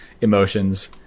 emotions